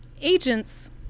agent's